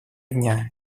дня